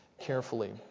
carefully